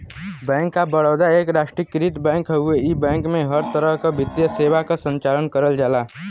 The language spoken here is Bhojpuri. बैंक ऑफ़ बड़ौदा एक राष्ट्रीयकृत बैंक हउवे इ बैंक में हर तरह क वित्तीय सेवा क संचालन करल जाला